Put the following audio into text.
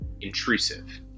intrusive